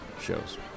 shows